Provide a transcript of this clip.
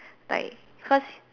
like because